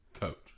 Coach